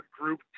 group